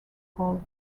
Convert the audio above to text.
called